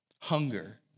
hunger